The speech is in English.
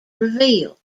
revealed